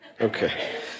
Okay